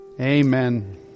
Amen